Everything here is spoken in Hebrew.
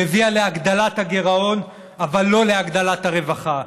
שהביאה להגדלת הגירעון אבל לא להגדלת הרווחה,